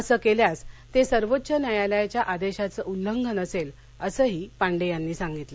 असं केल्यास ते सर्वोच्च न्यायालयाच्या आदेशाचं उल्लंघन असेल असंही पांडे यांनी सांगितलं